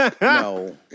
No